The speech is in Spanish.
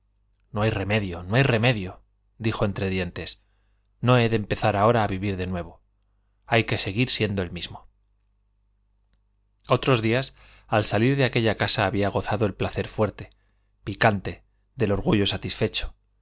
no hay remedio no hay remedio dijo entre dientes no he de empezar ahora a vivir de nuevo hay que seguir siendo el mismo otros días al salir de aquella casa había gozado el placer fuerte picante del orgullo satisfecho